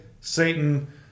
Satan